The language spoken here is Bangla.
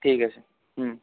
ঠিক আছে হুম